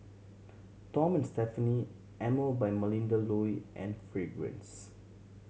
Tom and Stephanie Emel by Melinda Looi and Fragrance